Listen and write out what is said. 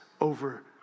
over